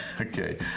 Okay